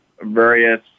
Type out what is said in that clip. various